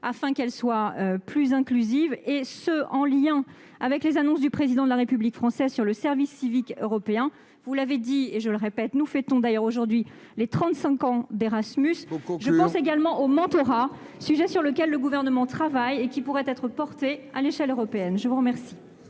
afin qu'elle soit plus inclusive, et ce en lien avec les annonces du Président de la République française sur le service civique européen. Vous l'avez dit, nous fêtons d'ailleurs aujourd'hui les trente-cinq ans d'Erasmus. Il faut conclure ! Je pense également au mentorat, sujet sur lequel le Gouvernement travaille et qui pourrait être porté à l'échelle européenne. La parole